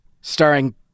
starring